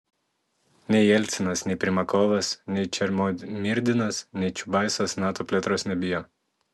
nei jelcinas nei primakovas nei černomyrdinas nei čiubaisas nato plėtros nebijo